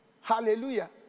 Hallelujah